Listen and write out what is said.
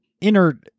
inner